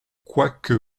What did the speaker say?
quoique